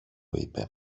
είπε